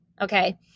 okay